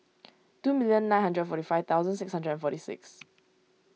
two million nine hundred forty five thousand six hundred and forty six